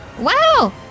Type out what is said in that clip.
Wow